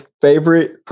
favorite